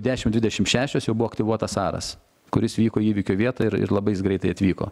dešim dvidešim šešios jau buvo aktyvuotas aras kuris vyko į įvykio vietą ir ir labai jis greitai atvyko